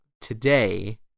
today